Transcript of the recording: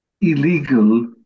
illegal